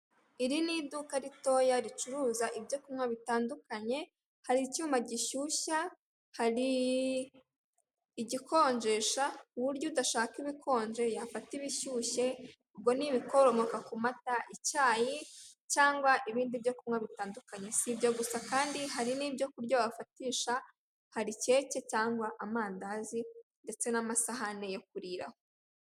Iri ni iduka ritoya ricuruza ibyo kunywa bitandukanye, hari icyuma gishyushya, hari igikonjesha ku buryo udashaka ibikonje yafata ibishyushye, ubwo ni ibikomoka ku mata, icyayi cyangwa ibindi byo kunywa bitandukanye. Si ibyo gusa kandi, hari n'ibyo kurya wafatisha, hari keke cyangwa amandazi ndetse n'amasahani yo kuriraho.